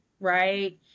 right